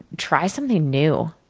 try something new.